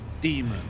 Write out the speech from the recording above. Demon